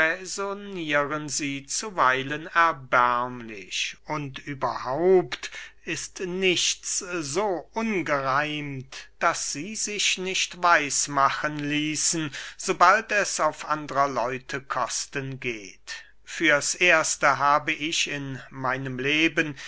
sie zuweilen erbärmlich und überhaupt ist nichts so ungereimt das sie sich nicht weiß machen ließen sobald es auf andrer leute kosten geht fürs erste habe ich in meinem leben